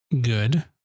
Good